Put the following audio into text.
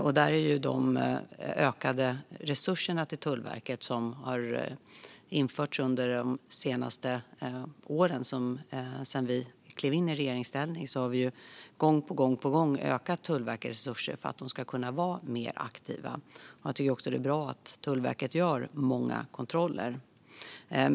Det har tillförts ökade resurser till Tullverket under de senaste åren; sedan vi klev in i regeringsställning har vi gång på gång ökat Tullverkets resurser för att de ska kunna vara mer aktiva. Jag tycker också att det är bra att Tullverket gör många kontroller.